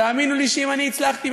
ותאמינו לי שאם אני הצלחתי,